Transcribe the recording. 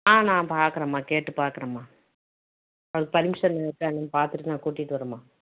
ஆ நான் பார்க்குறேம்மா கேட்டு பார்க்குறேம்மா அதுக்கு பர்மிஷன் இருக்கா என்னான்னு பார்த்துட்டு நான் கூட்டிகிட்டு வர்றேம்மா